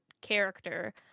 character